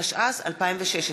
התשע"ז 2016,